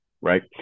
right